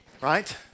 Right